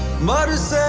modest